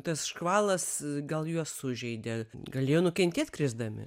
tas škvalas gal juos sužeidė galėjo nukentėt krisdami